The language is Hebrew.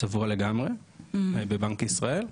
צבוע לגמרי בבנק ישראל,